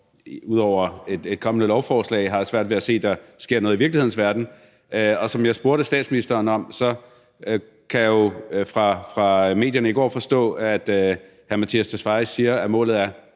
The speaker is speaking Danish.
jeg ud over et kommende lovforslag har svært ved at se at der sker noget i virkelighedens verden. Og som jeg spurgte statsministeren om, kan jeg jo fra medierne i går forstå, at udlændinge- og integrationsministeren siger, at målet er